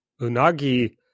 Unagi